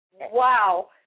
Wow